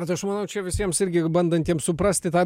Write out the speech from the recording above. bet aš manau čia visiems irgi bandantiem suprasti tą